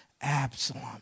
Absalom